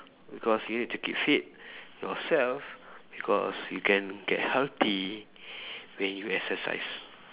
because you need to keep fit yourself because you can get healthy when you exercise